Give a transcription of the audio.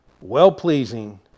well-pleasing